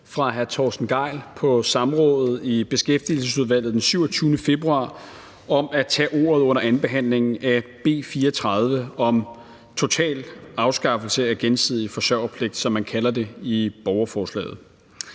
fra hr. Torsten Gejl på samrådet i Beskæftigelsesudvalget den 27. februar om at tage ordet under andenbehandlingen af B 34 om en total afskaffelse af gensidig forsørgerpligt, som man kalder det i borgerforslaget.